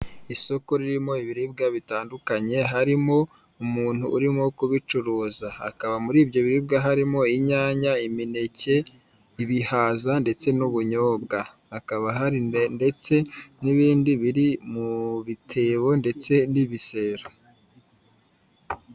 Isoko ririmo ibiribwa bitandukanye, harimo umuntu urimo kubicuruza, akaba muri ibyo biribwa harimo inyanya, imineke, ibihaza ndetse n'ubunyobwa. Akaba hari ndetse n'ibindi biri mu bitebo ndetse n'ibisera.